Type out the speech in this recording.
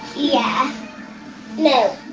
yeah no